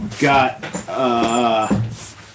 Got